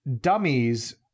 dummies